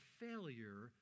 failure